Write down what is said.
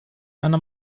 einer